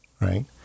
right